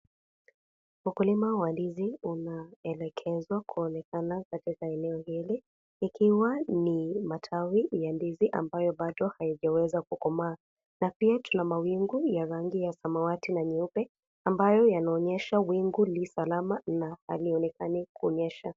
Ukulima wa ndizi unaelegezwa kuonekana katika eneo hili ikiwa ni matawi ya ndizi ambayo bado hayajaweza kukomaa. Na pia tuna mawingu ya rangi ya samawati na nyeupe ambayo yanaonyesha wingu li salama na halionekani kunyesha.